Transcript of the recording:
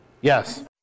Yes